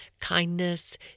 kindness